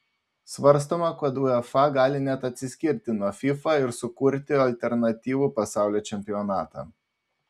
svarstoma kad uefa gali net atsiskirti nuo fifa ir sukurti alternatyvų pasaulio čempionatą